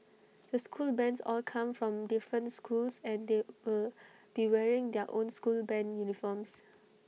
the school bands all come from different schools and they will be wearing their own school Band uniforms